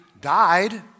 died